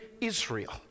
Israel